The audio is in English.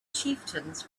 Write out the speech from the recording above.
chieftains